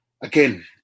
again